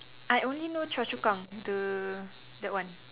I only know Choa-Chu-Kang the that one